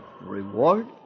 reward